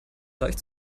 leicht